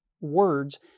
words